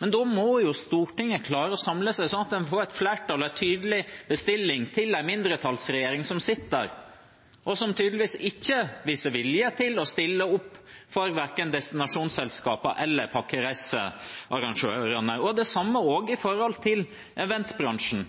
men da må Stortinget klare å samle seg, slik at en får et flertall og en tydelig bestilling til den mindretallsregjeringen som sitter, og som tydeligvis ikke har vilje til å stille opp verken for destinasjonsselskapene eller pakkereisearrangørene. Det samme gjelder eventbransjen,